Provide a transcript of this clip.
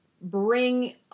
bring